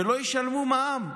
שלא ישלמו מע"מ,